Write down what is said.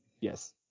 Yes